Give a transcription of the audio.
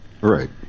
Right